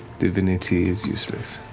divinity is useless.